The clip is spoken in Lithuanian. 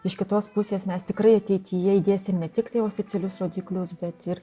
iš kitos pusės mes tikrai ateityje įdėsim ne tiktai oficialius rodiklius bet ir